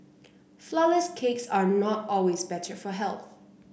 flourless cakes are not always better for health